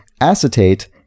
Acetate